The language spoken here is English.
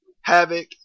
Havoc